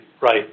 right